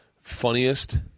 Funniest